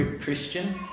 Christian